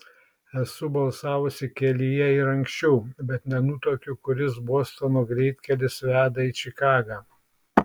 esu balsavusi kelyje ir anksčiau bet nenutuokiu kuris bostono greitkelis veda į čikagą